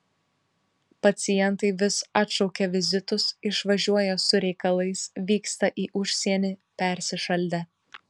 pacientai vis atšaukia vizitus išvažiuoją su reikalais vykstą į užsienį persišaldę